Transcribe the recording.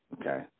okay